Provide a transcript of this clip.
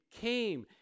came